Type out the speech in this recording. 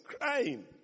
crying